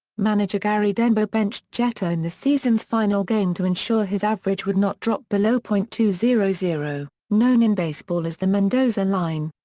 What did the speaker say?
manager gary denbo benched jeter in the season's final game to ensure his average would not drop below point two zero zero, known in baseball as the mendoza line.